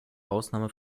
ausnahme